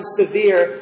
severe